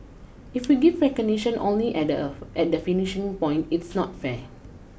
if we give recognition only at at the finishing point it's not fair